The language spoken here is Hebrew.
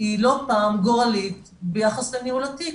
לא פעם גורלית ביחס לניהול התיק,